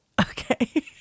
Okay